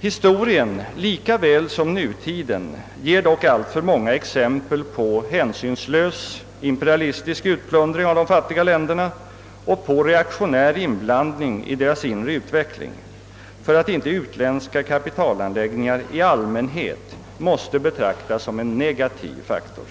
Historien lika väl som nutiden ger dock alltför många exempel på hänsynslös imperialistisk utplundring av de fattiga länderna och på reaktionär inblandning i deras inre utveckling för att inte utländska kapitalanläggningar i allmänhet måste betraktas som en negativ faktor.